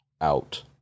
out